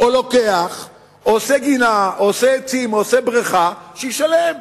או לוקח או עושה גינה ועצים או בריכה, שישלם.